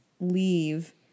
leave